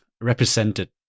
represented